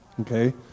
Okay